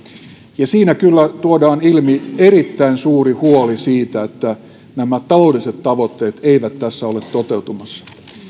ja siinä kyllä tuodaan ilmi erittäin suuri huoli siitä että nämä taloudelliset tavoitteet eivät tässä ole toteutumassa